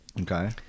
Okay